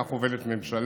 כך עובדת ממשלה.